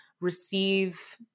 receive